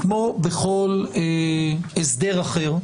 כמו בכל הסדר אחר,